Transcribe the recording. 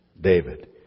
David